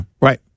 Right